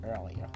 earlier